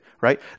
right